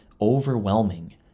overwhelming